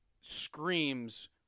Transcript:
screams